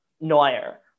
Neuer